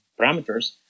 parameters